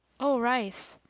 o rais,